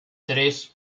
tres